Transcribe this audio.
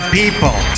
people